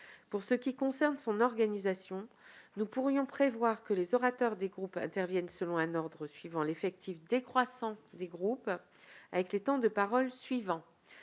Pour ce qui concerne son organisation, nous pourrions prévoir que les orateurs des groupes interviennent selon un ordre suivant l'effectif décroissant des groupes, avec les temps de parole suivants